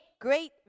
great